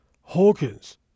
Hawkins